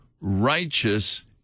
righteous